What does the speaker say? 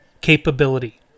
capability